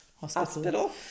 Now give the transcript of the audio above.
hospital